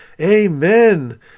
Amen